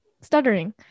stuttering